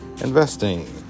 investing